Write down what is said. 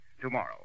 tomorrow